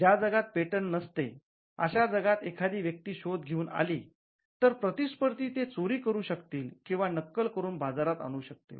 ज्या जगात पेटंट नसते अशा जगात एखादी व्यक्ती शोध घेऊन आली तर प्रतिस्पर्धी ते चोरी करू शकतील किंवा नक्कल करून बाजारात आणू शकतील